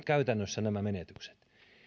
käytännössä nämä menetykset